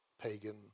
pagan